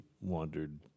wandered